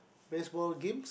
baseball games